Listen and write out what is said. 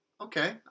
okay